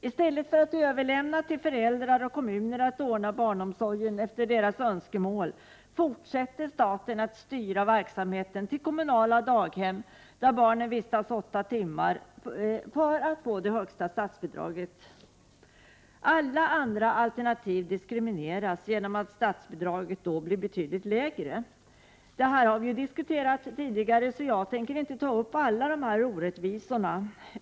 I stället för att överlämna till föräldrar och kommuner att ordna barnomsorgen efter deras önskemål fortsätter staten att styra verksamheten till kommunala daghem, där barnen vistas åtta timmar om dagen för att man skall få det högsta statsbidraget. Alla andra alternativ diskrimineras, genom att statsbidraget blir betydligt lägre. Detta har vi diskuterat tidigare, så jag tänker inte ta upp alla dessa orättvisor.